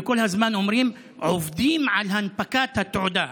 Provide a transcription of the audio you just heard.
וכל הזמן אומרים: עובדים על הנפקת התעודה,